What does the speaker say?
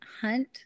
hunt